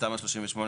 38,